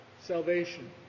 salvation